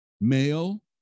Male